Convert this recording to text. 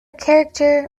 character